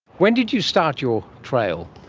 when did you start your trail?